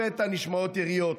לפתע, נשמעות יריות.